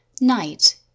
Night